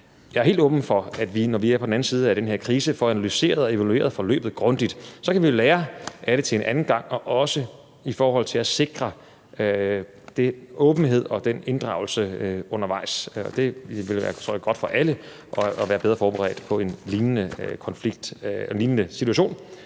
Jeg er helt åben for, at vi, når vi er på den anden side af den her krise, får analyseret og evalueret forløbet grundigt. Så kan vi jo lære af det til en anden gang – også i forhold til at sikre åbenhed og inddragelse undervejs. Det ville være godt for alle at være bedre forberedt på en lignende situation,